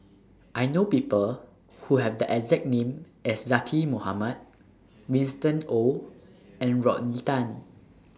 I know People Who Have The exact name as Zaqy Mohamad Winston Oh and Rodney Tan